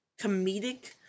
comedic